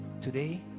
Today